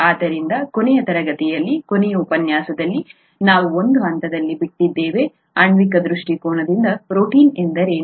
ಆದ್ದರಿಂದ ಕೊನೆಯ ತರಗತಿಯಲ್ಲಿ ಕೊನೆಯ ಉಪನ್ಯಾಸದಲ್ಲಿ ನಾವು ಒಂದು ಹಂತದಲ್ಲಿ ಬಿಟ್ಟಿದ್ದೇವೆ ಆಣ್ವಿಕ ದೃಷ್ಟಿಕೋನದಿಂದ ಪ್ರೋಟೀನ್ ಎಂದರೇನು